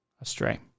astray